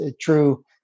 true